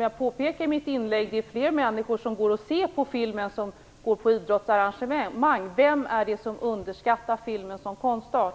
Jag påpekade i mitt inlägg att det är fler människor som går och ser på film än som går på idrottsevenemang. Vem är det som underskattar filmen som konstart?